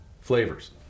flavors